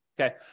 Okay